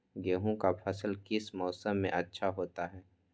गेंहू का फसल किस मौसम में अच्छा होता है?